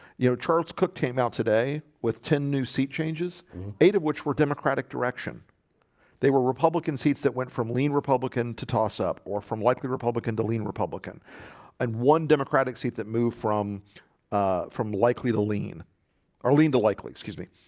you know charles cook came out today with ten new seat changes eight of which were democratic direction they were republican seats that went from lean republican to toss up or from likely republican to lean republican and one democratic seat that moved from from likely to lean or lean to likely, excuse me